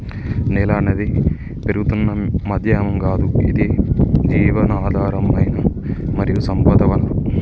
నేల అనేది పెరుగుతున్న మాధ్యమం గాదు ఇది జీవధారమైన మరియు సంపద వనరు